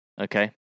Okay